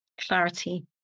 clarity